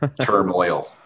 turmoil